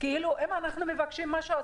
אם אנחנו מבקשים משהו,